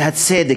זה הצדק,